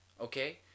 okay